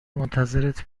منتظرت